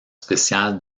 spéciales